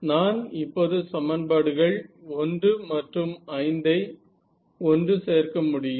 நான் இப்போது சமன்பாடுகள் 1 மற்றும் 5 ஐ ஒன்று சேர்க்க முடியும்